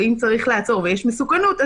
ואם צריך לעצור ויש מסוכנות,